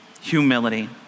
Humility